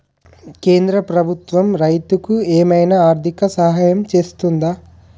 కేంద్ర ప్రభుత్వం రైతులకు ఏమైనా ఆర్థిక సాయం చేస్తుందా?